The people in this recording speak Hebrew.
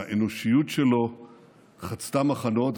האנושיות שלו חצתה מחנות,